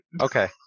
Okay